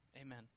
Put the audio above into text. Amen